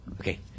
Okay